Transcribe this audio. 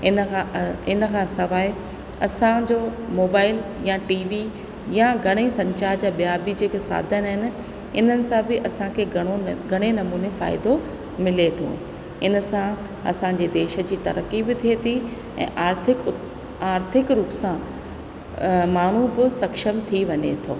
इन खां इन खां सवाइ असांजो मोबाइल या टीवी या घणेई संचार जा ॿियां बि जेको साधन आहिनि इन्हनि सां बि असांखे घणो घणे नमूने फ़ाइदो मिले थो इन सां असांजे देश जी तरक़ी बि थिए थी ऐं आर्थिक आर्थिक रूप सां माण्हू बि सक्षम थी वञे थो